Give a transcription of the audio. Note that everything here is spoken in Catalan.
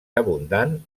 abundant